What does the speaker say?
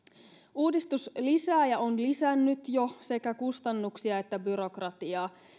uudistus lisää ja on lisännyt jo sekä kustannuksia että byrokratiaa